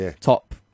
top